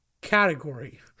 category